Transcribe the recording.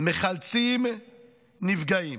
מחלצים נפגעים.